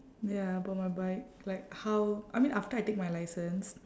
ya I bought my bike like how I mean after I take my license